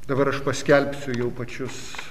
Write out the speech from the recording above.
dabar aš paskelbsiu jau pačius